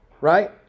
right